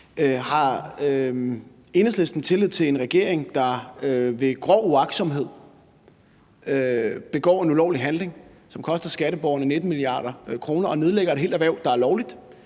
Har Enhedslisten tillid til en regering, der ved grov uagtsomhed begår en ulovlig handling, som koster skatteborgerne 19 mia. kr., og nedlægger et helt erhverv, der er lovligt